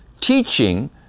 teaching